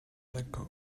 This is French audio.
d’accord